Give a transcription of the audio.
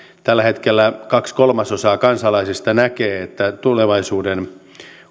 tällä hetkellä kaksi kolmasosaa kansalaisista näkee että tulevaisuuden